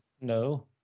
No